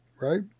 right